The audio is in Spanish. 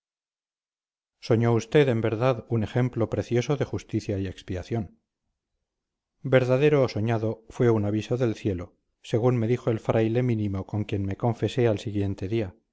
soñó usted en verdad un ejemplo precioso de justicia y expiación verdadero o soñado fue un aviso del cielo según me dijo el fraile mínimo con quien me confesé al siguiente día